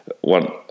one